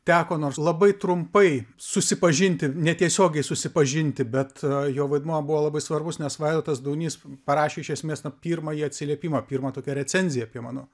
teko nors labai trumpai susipažinti netiesiogiai susipažinti bet jo vaidmuo buvo labai svarbus nes vaidotas daunys parašė iš esmės na pirmąjį atsiliepimą pirmą tokią recenziją apie mano